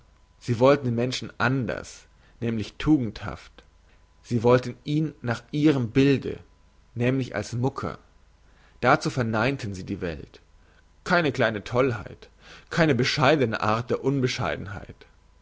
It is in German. sie wollten den menschen anders nämlich tugendhaft sie wollten ihn nach ihrem bilde nämlich als mucker dazu verneinten sie die welt keine kleine tollheit keine bescheidne art der unbescheidenheit